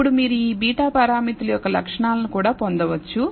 ఇప్పుడు మీరు ఈ β పారామితుల యొక్క లక్షణాలను కూడా పొందవచ్చు